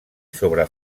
sobre